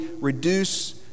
reduce